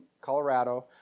Colorado